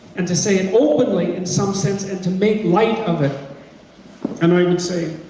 and to say it openly in some sense and to make light of it and i would say,